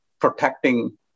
protecting